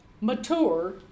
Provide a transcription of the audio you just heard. mature